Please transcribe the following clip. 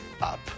up